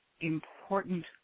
important